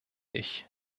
ich